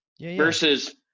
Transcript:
versus